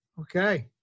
okay